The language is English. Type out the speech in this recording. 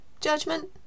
judgment